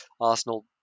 Arsenal